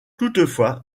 toutefois